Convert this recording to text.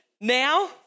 now